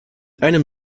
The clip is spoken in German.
einem